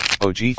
OG